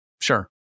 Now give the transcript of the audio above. Sure